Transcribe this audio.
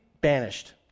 banished